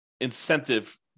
incentive